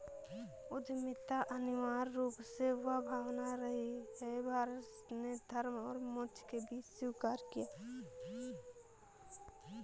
उद्यमिता अनिवार्य रूप से वह भावना रही है, भारत ने धर्म और मोक्ष के बीच स्वीकार किया है